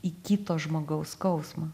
į kito žmogaus skausmą